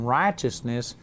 righteousness